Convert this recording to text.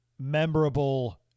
memorable –